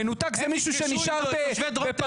מנותק זה מישהו שנשאר בפאריז,